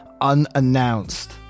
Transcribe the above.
unannounced